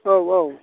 औ औ